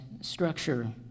structure